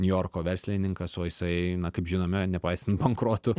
niujorko verslininkas o jisai na kaip žinome nepaisant bankrotų